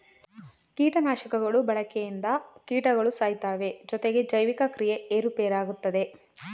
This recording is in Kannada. ಕೀಟನಾಶಕಗಳ ಬಳಕೆಯಿಂದ ಕೀಟಗಳು ಸಾಯ್ತವೆ ಜೊತೆಗೆ ಜೈವಿಕ ಕ್ರಿಯೆ ಏರುಪೇರಾಗುತ್ತದೆ